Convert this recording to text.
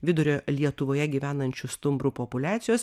vidurio lietuvoje gyvenančių stumbrų populiacijos